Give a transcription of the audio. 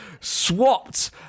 swapped